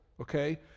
okay